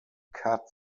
katz